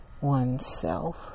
oneself